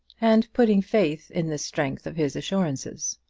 and putting faith in the strength of his assurances.